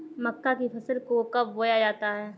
मक्का की फसल को कब बोया जाता है?